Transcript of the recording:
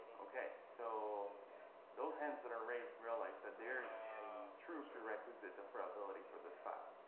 ok, so those hands that are raised realize that there is a true prerequisite of probability for this class.